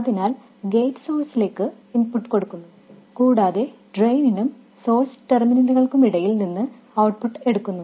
അതിനാൽ ഗേറ്റ് സോഴ്സിലേക്ക് ഇൻപുട്ട് കൊടുക്കുന്നു കൂടാതെ ഡ്രെയിനിനും സോഴ്സ് ടെർമിനലുകൾക്കുമിടയിൽ നിന്ന് ഔട്ട്പുട്ട് എടുക്കുന്നു